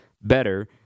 better